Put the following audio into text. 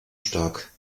stark